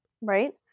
right